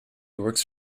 works